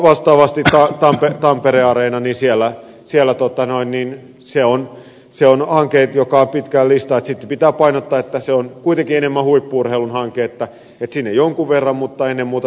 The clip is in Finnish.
vastaavasti tampere haaveenani siellä siellä totanoin niin areena on hanke joka on pitkään ollut listalla että sitten pitää painottaa että se on kuitenkin enemmän huippu urheilun hanke että sinne jonkun verran mutta ennen muuta harrastustasolle